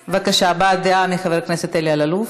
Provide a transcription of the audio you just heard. בבקשה, הבעת דעה של חבר הכנסת אלי אלאלוף,